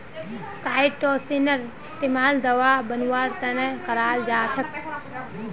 काईटोसनेर इस्तमाल दवा बनव्वार त न कराल जा छेक